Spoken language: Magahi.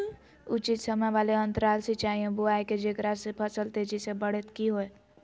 उचित समय वाले अंतराल सिंचाई एवं बुआई के जेकरा से फसल तेजी से बढ़तै कि हेय?